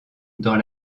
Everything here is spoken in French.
dans